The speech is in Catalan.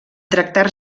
tractar